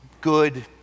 good